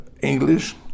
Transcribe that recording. English